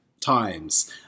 times